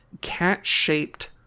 cat-shaped